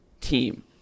team